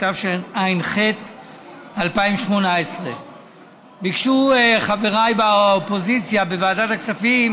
התשע"ח 2018. ביקשו חבריי באופוזיציה בוועדת הכספים